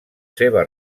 seva